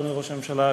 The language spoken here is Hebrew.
אדוני ראש הממשלה,